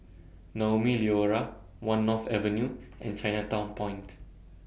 Naumi Liora one North Avenue and Chinatown Point